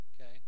okay